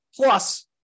Plus